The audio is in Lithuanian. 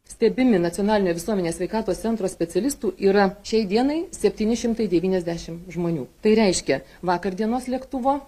stebimi nacionalinio visuomenės sveikatos centro specialistų yra šiai dienai septyni šimtai devyniasdešim žmonių tai reiškia vakar dienos lėktuvo